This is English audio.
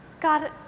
God